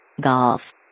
Golf